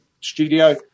studio